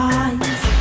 eyes